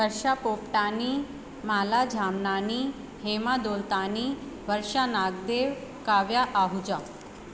Harsha Popatani Mala Jhamnani Hema Dolatani Varsha Nagdev Kavya Ahuja